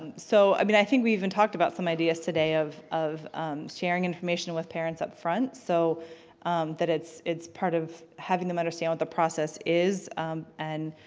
and so i mean i think we even talked about some ideas today of of sharing information with parents up front so that it's it's part of having them understand what the process is and.